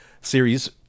series